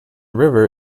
river